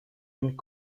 and